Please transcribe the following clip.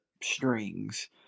strings